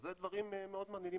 אלה דברים מאוד מעניינים,